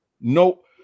Nope